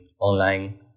online